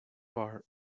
bar